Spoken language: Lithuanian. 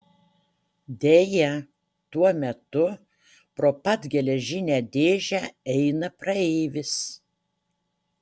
deja tuo metu pro pat geležinę dėžę eina praeivis